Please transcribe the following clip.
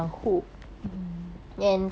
mmhmm